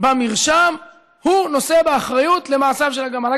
במרשם נושא באחריות למעשיו של הגמל,